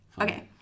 okay